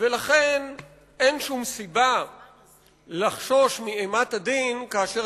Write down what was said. ולכן אין שום סיבה לחשוש מאימת הדין כאשר